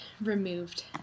removed